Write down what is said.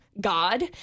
God